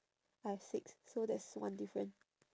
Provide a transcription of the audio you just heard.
I have six so that's one different